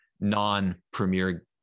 non-premier